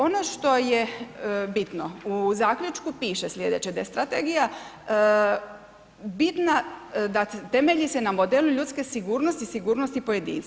Ono što je bitno u zaključku piše sljedeće, da je strategija bitna, da temelji se na modelu ljudske sigurnosti, sigurnosti pojedinca.